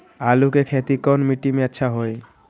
आलु के खेती कौन मिट्टी में अच्छा होइ?